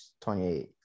28